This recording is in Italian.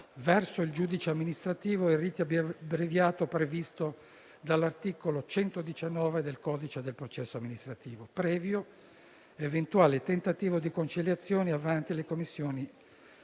verso il giudice amministrativo e il rito abbreviato previsto dall'articolo 119 del codice del processo amministrativo, previo eventuale tentativo di conciliazione davanti alle commissioni